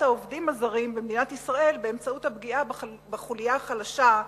העובדים הזרים במדינת ישראל באמצעות פגיעה בחוליה החלשה,